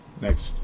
next